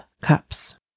Cups